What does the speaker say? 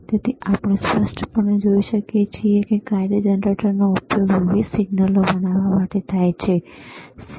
તેથી આપણે સ્પષ્ટપણે જોઈ શકીએ છીએ કે કાર્ય જનરેટરનો ઉપયોગ વિવિધ સિગ્નલો બનાવવા માટે થાય છે બરાબર